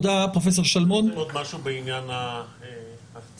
יש עוד משהו בעניין הנכנסים?